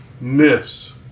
myths